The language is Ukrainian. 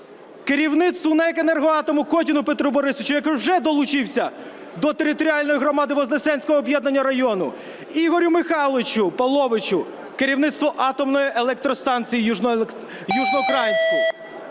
керівництву НАЕК "Енергоатом" Котіну Петру Борисовичу, який вже долучився до територіальної громади Вознесенського об'єднання району; Ігорю Михайловичу Половичу, керівництво атомної електростанції в Южноукраїнську.